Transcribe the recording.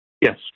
Yes